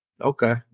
Okay